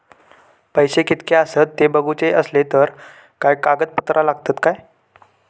पैशे कीतके आसत ते बघुचे असले तर काय कागद पत्रा लागतात काय?